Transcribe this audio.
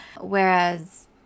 Whereas